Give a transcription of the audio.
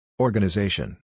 Organization